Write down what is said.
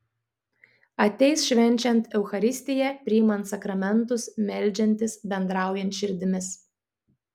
ateis švenčiant eucharistiją priimant sakramentus meldžiantis bendraujant širdimis